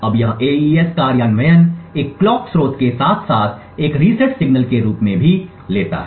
अब यह एईएस कार्यान्वयन एक क्लॉक स्रोत के साथ साथ एक रीसेट सिग्नल के रूप में भी लेता है